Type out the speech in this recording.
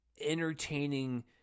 entertaining